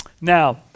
Now